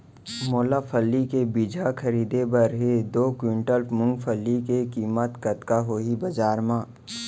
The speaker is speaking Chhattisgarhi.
मोला फल्ली के बीजहा खरीदे बर हे दो कुंटल मूंगफली के किम्मत कतका होही बजार म?